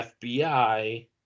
FBI